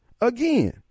Again